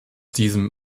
diesem